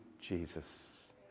Jesus